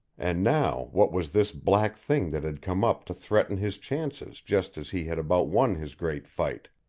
and now what was this black thing that had come up to threaten his chances just as he had about won his great fight?